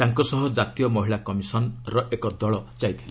ତାଙ୍କ ସହ ଜାତୀୟ ମହିଳା କମିଶନ୍ର ଏକ ଦଳ ଯାଇଥିଲେ